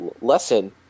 Lesson